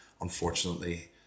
unfortunately